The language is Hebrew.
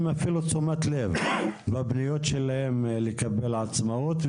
תשומת לב אפילו בפניות שלהם לקבל עצמאות.